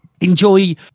enjoy